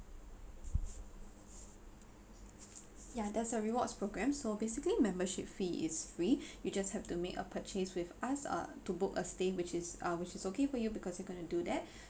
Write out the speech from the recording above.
ya there's a rewards program so basically membership fee is free you just have to make a purchase with us uh to book a stay which is uh which is okay for you because you're going to do that